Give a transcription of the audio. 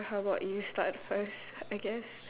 how about you start first I guess